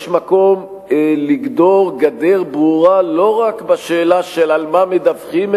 יש מקום לגדור גדר ברורה לא רק בשאלה של על מה מדווחים,